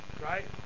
right